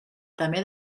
també